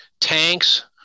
Tanks